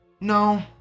No